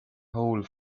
hole